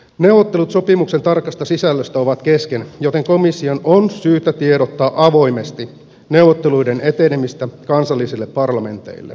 neuvottelut sopimuksen tarkasta sisällöstä ovat kesken joten komission on syytä tiedottaa avoimesti neuvotteluiden etenemisestä kansallisille parlamenteille